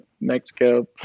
Mexico